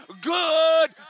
good